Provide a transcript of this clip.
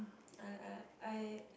I I I